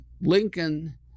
Lincoln